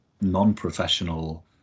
non-professional